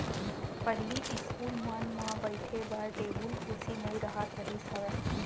पहिली इस्कूल मन म बइठे बर टेबुल कुरसी नइ राहत रिहिस हवय